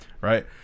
Right